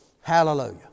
Hallelujah